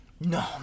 No